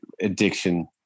addiction